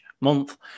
month